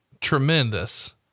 tremendous